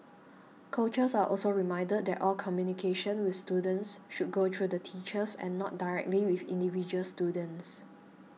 coaches are also reminded that all communication with students should go through the teachers and not directly with individual students